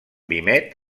vímet